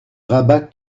rabat